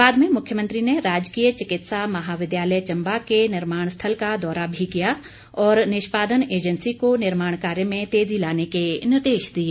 बाद में मुख्यमंत्री ने राजकीय चिकित्सा महाविद्यालय चंबा के निर्माण स्थल का दौरा भी किया और निष्पादन एजेंसी को निर्माण कार्य में तेजी लाने के निर्देश दिए